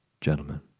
Gentlemen